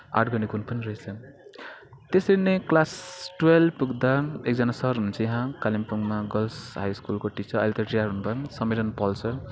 art गर्ने गुण पनि रहेछ त्यसरी नै क्लास टुवेल्भ पुग्दा एकजना सर हुनुहुन्छ यहाँ कालिम्पोङमा गर्ल्स हाई स्कुलको टिचर अहिले त रिटायर हुनुभो समिरण पल सर